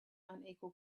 unequal